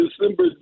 December